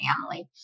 family